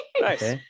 Nice